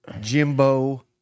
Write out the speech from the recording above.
Jimbo